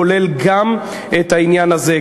כולל גם את העניין הזה.